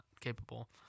capable